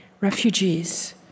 refugees